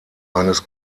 eines